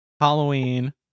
Halloween